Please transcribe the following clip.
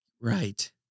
Right